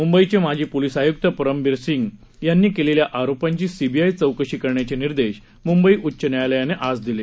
मुंबईचे माजी पोलीस आयुक्त परमबीर सिंग यांनी केलेल्या आरोपांची सीबीआय चौकशी करण्याचे निर्देश मुंबई उच्चन्यायालयानं आज दिले